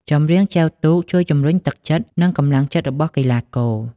ចម្រៀងចែវទូកជួយ ជំរុញទឹកចិត្ត និងកម្លាំងចិត្តរបស់កីឡាករ។